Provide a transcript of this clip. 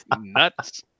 Nuts